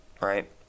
Right